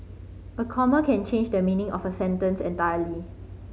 a comma can change the meaning of a sentence entirely